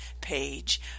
page